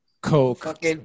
coke